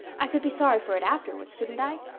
i could be sorry for it afterwards, couldn't i?